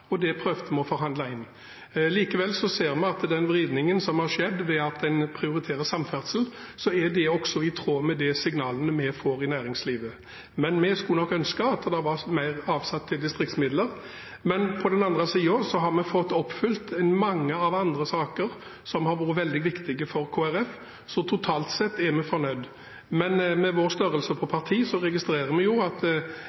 og det prøvde vi å forhandle inn. Likevel ser vi at den vridningen som har skjedd ved at en prioriterer samferdsel, er i tråd med de signalene vi får fra næringslivet. Men vi hadde nok ønsket at det var avsatt mer i distriktsmidler. På den andre siden har vi fått oppfylt mange andre saker som har vært veldig viktige for Kristelig Folkeparti. Totalt sett er vi fornøyd. Med tanke på vårt partis størrelse registrerer vi at vi har oppnådd mer enn vi kunne tenkt på